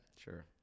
Sure